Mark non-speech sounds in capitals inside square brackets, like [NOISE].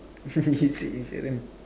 [LAUGHS] you said insurance